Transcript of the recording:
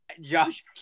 Josh